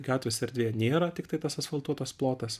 gatvės erdvė nėra tiktai tas asfaltuotas plotas